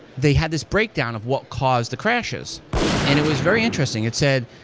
they had this breakdown of what caused the crashes and it was very interesting. it said,